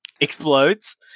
explodes